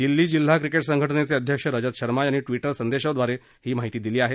दिल्ली आणि जिल्हा क्रिकेट संघटनेचे अध्यक्ष रजत शर्मा यांनी ट्विटर संदेशाद्वारे ही माहिती दिली आहे